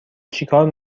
چیکار